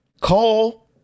Call